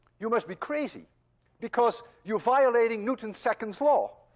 you must be crazy because you're violating newton's second law,